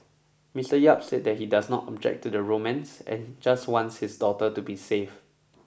Mister Yap said that he does not object to the romance and just wants his daughter to be safe